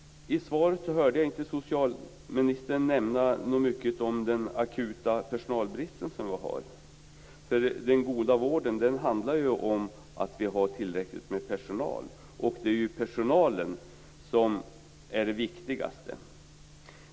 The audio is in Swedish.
I svaret hörde jag inte socialministern nämna så mycket om den akuta personalbristen. Den goda vården handlar ju om att ha tillräckligt med personal, och det är ju personalen som är det viktigaste.